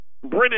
British